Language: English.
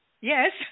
Yes